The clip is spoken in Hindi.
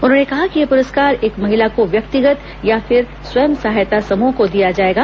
उन्होंने कहा कि यह पुरस्कार एक महिला को व्यक्तिगत या फिर स्वयं सहायता समूह को दिया जाएगा